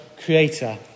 creator